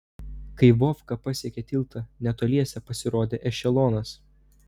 kai vovka pasiekė tiltą netoliese pasirodė ešelonas